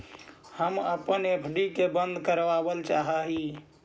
हम अपन एफ.डी के बंद करावल चाह ही